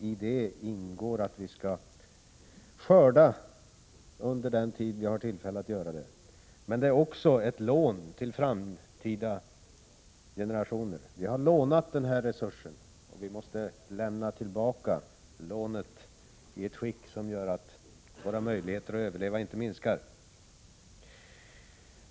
I detta ingår att vi skall skörda under den tid vi har tillfälle att göra det. Men den resurs skogen utgör är också någonting som vi har till låns och som vi skall föra vidare till framtida generationer. Vi har lånat denna resurs, och vi måste lämna tillbaka lånet i ett skick som gör att våra möjligheter att överleva inte minskar.